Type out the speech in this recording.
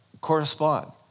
correspond